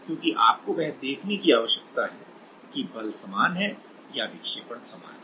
चूंकि आपको वह देखने की आवश्यकता है कि बल समान है या विक्षेपण समान है